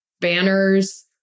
banners